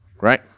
right